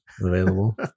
available